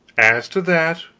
as to that,